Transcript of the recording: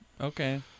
Okay